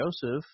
Joseph